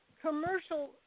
commercial